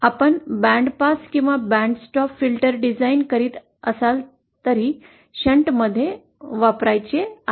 आपण बँडपास किंवा band stop filter design करीत असलात तरी ते शंट मध्ये वापरायचे आहे